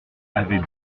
avait